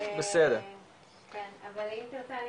אם תרצה אני